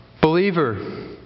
Believer